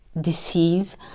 deceive